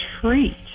treat